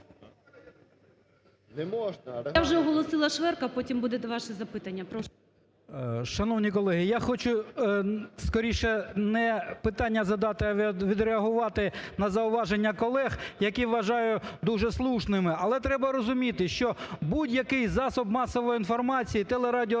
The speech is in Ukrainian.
Я вже оголосила Шверка. Потім буде ваше запитання. Прошу. 12:58:28 ШВЕРК Г.А. Шановні колеги, я хочу скоріше не питання задати, а відреагувати на зауваження колег, які вважаю дуже слушними. Але треба розуміти, що будь-який засіб масової інформації телерадіоорганізація